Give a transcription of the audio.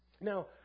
Now